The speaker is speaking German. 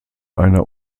einer